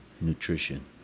Nutrition